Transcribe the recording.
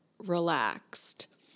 relaxed